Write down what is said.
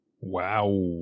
Wow